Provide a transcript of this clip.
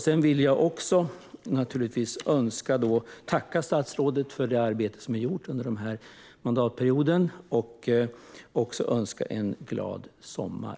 Jag vill också naturligtvis tacka statsrådet för det arbete som gjorts under mandatperioden och önska en glad sommar.